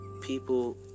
people